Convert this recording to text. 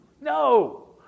No